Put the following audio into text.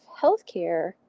healthcare